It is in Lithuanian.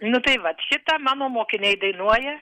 nu tai vat šitą mano mokiniai dainuoja